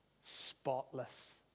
Spotless